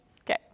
Okay